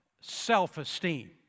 self-esteem